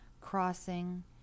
crossing